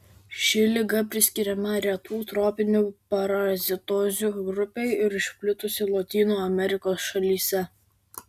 ši liga priskiriama retų tropinių parazitozių grupei ir išplitusi lotynų amerikos šalyse